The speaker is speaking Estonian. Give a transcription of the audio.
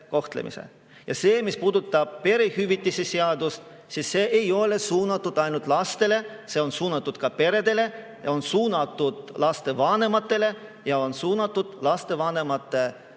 Ja mis puudutab perehüvitiste seadust, siis see ei ole suunatud ainult lastele. See on suunatud ka peredele, on suunatud laste vanematele ja on suunatud laste vanemate